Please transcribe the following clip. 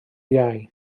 iau